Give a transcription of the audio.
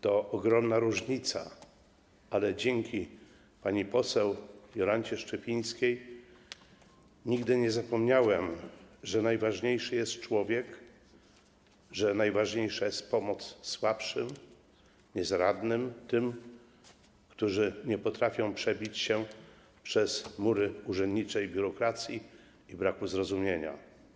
To ogromna różnica, ale dzięki pani poseł Jolancie Szczypińskiej nigdy nie zapomniałem, że najważniejszy jest człowiek, że najważniejsza jest pomoc słabszym, niezaradnym, tym, którzy nie potrafią przebić się przez mury urzędniczej biurokracji i braku zrozumienia.